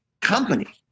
company